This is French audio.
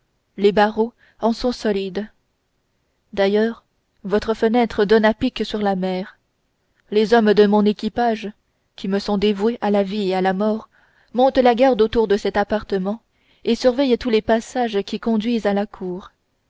les barreaux en sont solides d'ailleurs votre fenêtre donne à pic sur la mer les hommes de mon équipage qui me sont dévoués à la vie et à la mort montent la garde autour de cet appartement et surveillent tous les passages qui conduisent à la cour